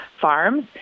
farms